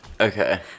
Okay